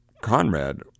Conrad